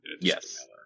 Yes